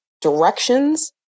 directions